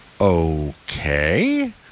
Okay